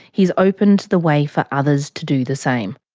he's opened the way for others to do the same.